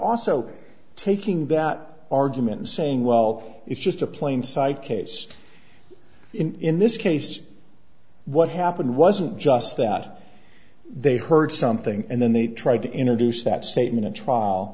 also taking that argument saying well it's just a plain sight case in this case what happened wasn't just that they heard something and then they tried to introduce that statement at trial